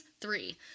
three